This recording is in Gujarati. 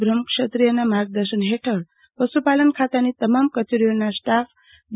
બ્રહ્મક્ષત્રિયના માર્ગદશન હેઠળ પશુપાલન ખાતાની તમામ કચેરીઓનો સ્ટાફ ડી